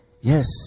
yes